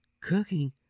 Cooking